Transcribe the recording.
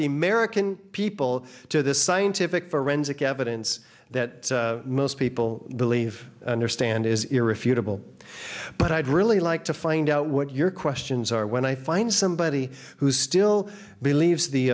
the american people to this scientific forensic evidence that most people believe understand is irrefutable but i'd really like to find out what your questions are when i find somebody who still believes the